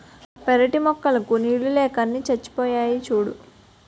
పెరటి మొక్కలకు నీళ్ళు లేక అన్నీ చచ్చిపోయాయి సూడూ